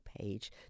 page